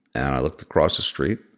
and i looked across the street.